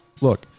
Look